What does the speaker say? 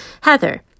Heather